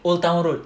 old town road